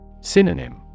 Synonym